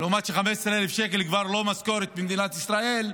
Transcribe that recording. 15,000 שקל זה כבר לא משכורת במדינת ישראל,